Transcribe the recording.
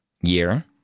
year